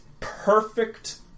Perfect